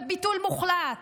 זה ביטול מוחלט.